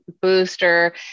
booster